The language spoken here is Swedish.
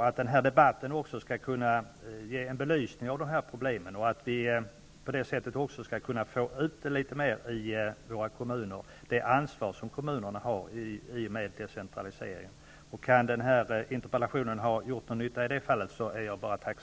att denna debatt skall kunna ge en belysning av dessa problem och att vi på det sättet skall kunna föra ut till kommunerna att de har ett ansvar i och med decentraliseringen. Om denna interpellation kan ha gjort någon nytta i det fallet är jag tacksam.